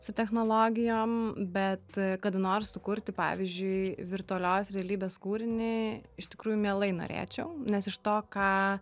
su technologijom bet kada nors sukurti pavyzdžiui virtualios realybės kūrinį iš tikrųjų mielai norėčiau nes iš to ką